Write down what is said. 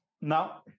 now